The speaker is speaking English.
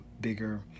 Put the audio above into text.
bigger